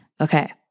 Okay